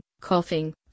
coughing